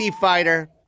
fighter